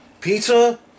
Pizza